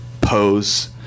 pose